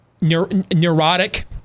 neurotic